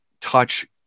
touch